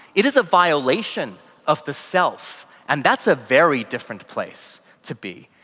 it is a violation of the self and that's a very different place to be.